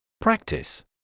Practice